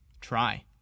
try